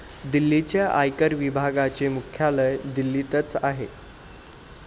दिल्लीच्या आयकर विभागाचे मुख्यालय दिल्लीतच आहे